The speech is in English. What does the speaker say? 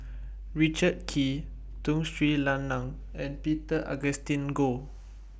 Richard Kee Tun Sri Lanang and Peter Augustine Goh